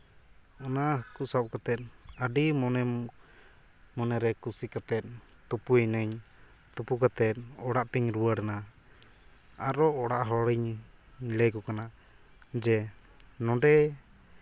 ᱚᱱᱟ ᱦᱟᱹᱠᱩ ᱥᱟᱵ ᱠᱟᱛᱮᱫ ᱟᱹᱰᱤ ᱢᱚᱱᱮᱨᱮ ᱠᱩᱥᱤ ᱠᱟᱛᱮᱫ ᱛᱩᱯᱩᱭᱮᱱᱟᱹᱧ ᱛᱩᱯᱩ ᱠᱟᱛᱮᱫ ᱚᱲᱟᱜ ᱛᱤᱧ ᱨᱩᱣᱟᱹᱲᱮᱱᱟ ᱟᱨᱚ ᱚᱲᱟᱜ ᱦᱚᱲᱤᱧ ᱞᱟᱹᱭᱟᱠᱚ ᱠᱟᱱᱟ ᱡᱮ ᱱᱚᱸᱰᱮ